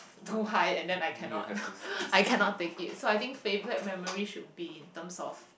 too high and then I cannot I cannot take it so I think favourite memory should be in terms of